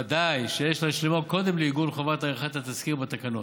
וודאי שיש להשלימו קודם לעיגון חובת עריכת התסקיר בתקנות.